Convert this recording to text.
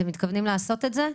אתם מתכוונים לעשות את זה?